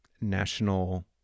national